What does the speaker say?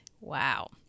Wow